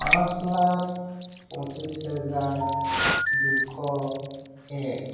পাঁচ লাখ পঁচিছ হেজাৰ দুশ এক